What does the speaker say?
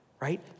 right